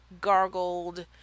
gargled